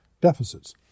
deficits